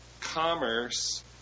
commerce